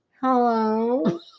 hello